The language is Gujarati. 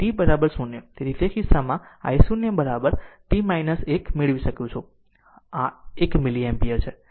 તેથી તે કિસ્સામાં i 0 2 1 મેળવી શકું તેથી 1 મિલી એમ્પીયર છે